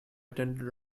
attended